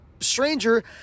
stranger